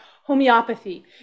homeopathy